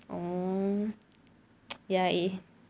oh ya